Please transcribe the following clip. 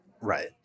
Right